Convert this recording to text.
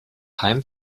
heim